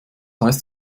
heißt